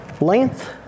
length